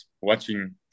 watching